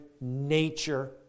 nature